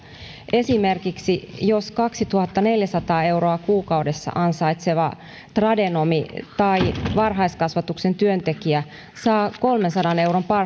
esimerkiksi jos kaksituhattaneljäsataa euroa kuukaudessa ansaitseva tradenomi tai varhaiskasvatuksen työntekijä saa kolmensadan euron